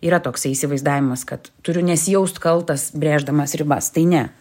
yra toksai įsivaizdavimas kad turiu nesijaust kaltas brėždamas ribas tai ne